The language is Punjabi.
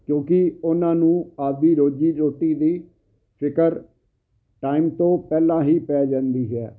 ਕਿਉਂਕਿ ਉਹਨਾਂ ਨੂੰ ਆਪਦੀ ਰੋਜ਼ੀ ਰੋਟੀ ਦੀ ਫਿਕਰ ਟਾਈਮ ਤੋਂ ਪਹਿਲਾਂ ਹੀ ਪੈ ਜਾਂਦੀ ਹੈ